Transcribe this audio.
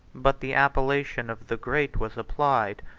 but the appellation of the great was applied,